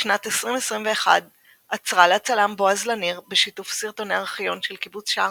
בשנת 2021 אצרה לצלם בועז לניר בשיתוף סרטוני ארכיון של קיבוץ שער